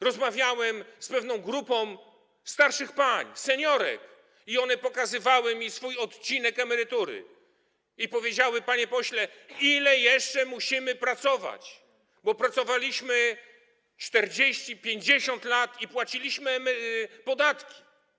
Rozmawiałem z pewną grupą starszych pań seniorek, one pokazywały mi swój odcinek emerytury i powiedziały: Panie pośle, ile jeszcze musimy pracować, bo pracowałyśmy 40, 50 lat i płaciłyśmy podatki?